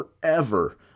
forever